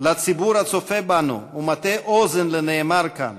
לציבור הצופה בנו ומטה אוזן לנאמר כאן,